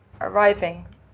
arriving